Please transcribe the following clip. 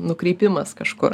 nukreipimas kažkur